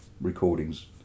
recordings